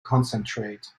concentrate